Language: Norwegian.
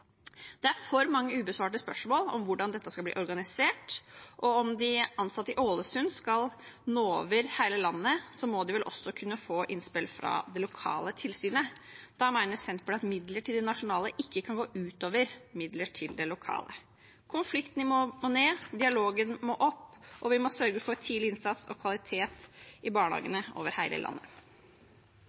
Det er for mange ubesvarte spørsmål om hvordan dette skal organiseres. Om de ansatte i Ålesund skal nå over hele landet, må de vel også kunne få innspill fra det lokale tilsynet. Da mener Senterpartiet at midler til det nasjonale ikke kan gå ut over midler til det lokale. Konfliktnivået må ned, dialogen må opp, og vi må sørge for tidlig innsats og kvalitet i barnehagene over hele landet.